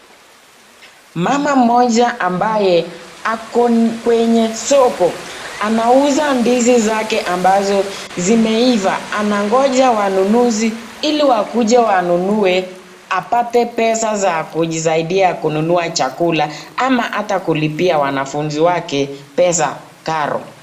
Mama mmoja ambaye ako kwenye soko. Anauza ndizi zake ambazo zimeiva. Anangoja wanunuzi ili wakuje wanunue apate pesa za kujisaidia kununua chakula ama ata kulipia wanafuzi wake pesa, karo.